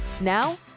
Now